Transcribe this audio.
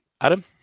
Adam